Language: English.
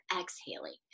exhaling